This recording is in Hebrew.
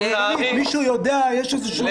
מי שיודע ---- יש איזשהו נוהל?